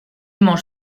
mange